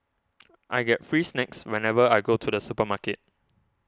I get free snacks whenever I go to the supermarket